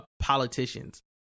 politicians